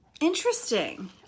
interesting